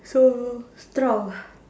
so strong ah